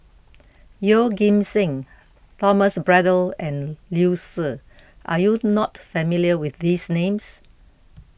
Yeoh Ghim Seng Thomas Braddell and Liu Si are you not familiar with these names